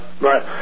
right